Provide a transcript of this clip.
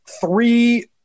three